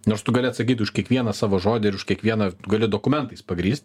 nors tu gali atsakyt už kiekvieną savo žodį ir už kiekvieną gali dokumentais pagrįst